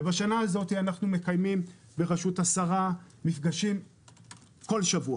ובשנה הזאת אנחנו מקיימים בראשות השרה מפגשים כל שבוע